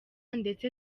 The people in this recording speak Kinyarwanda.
ndetse